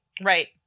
right